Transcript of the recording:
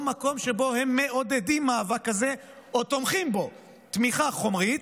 או מקום שבו הם מעודדים מאבק כזה "או תומכים בו תמיכה חומרית,